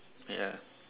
ya